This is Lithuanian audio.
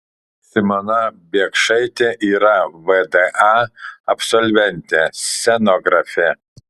simona biekšaitė yra vda absolventė scenografė